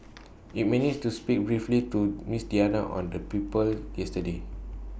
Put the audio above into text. IT managed to speak briefly to miss Diana on the people yesterday